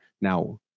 Now